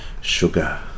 Sugar